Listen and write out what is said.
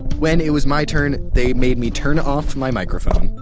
when it was my turn, they made me turn off my microphone.